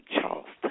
Charleston